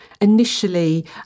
initially